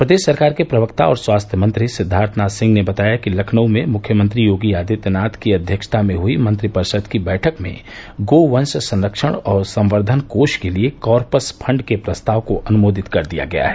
प्रदेश सरकार के प्रवक्ता और स्वास्थ्य मंत्री सिद्दार्थनाथ सिंह ने बताया कि लखनऊ में मुख्यमंत्री योगी आदित्यनाथ की अध्यक्षता में हई मंत्रिपरिषद की बैठक में गोवंश संरक्षण और संवर्द्वन कोष के लिये कॉर्पस फंड के प्रस्ताव को अनुमोदित कर दिया गया है